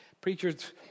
Preachers